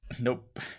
Nope